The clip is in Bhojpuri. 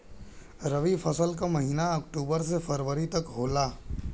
रवी फसल क महिना अक्टूबर से फरवरी तक होला